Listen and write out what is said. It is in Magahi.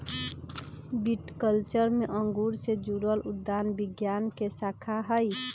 विटीकल्चर में अंगूर से जुड़ल उद्यान विज्ञान के शाखा हई